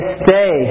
stay